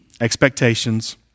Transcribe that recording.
expectations